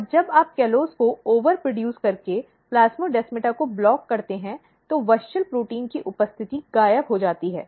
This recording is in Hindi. और जब आप कॉलोज़ को ओवरप्रोड्यूस करके प्लास्मोडेमाटा को ब्लॉक करते हैं तो WUSCHEL प्रोटीन की उपस्थिति गायब हो जाती है